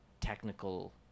technical